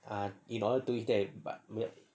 in all to reach there but ah